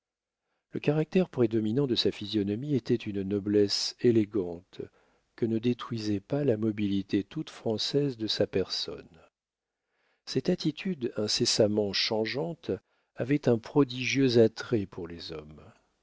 le caractère prédominant de sa physionomie était une noblesse élégante que ne détruisait pas la mobilité toute française de sa personne cette attitude incessamment changeante avait un prodigieux attrait pour les hommes